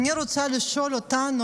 אני רוצה לשאול אותנו,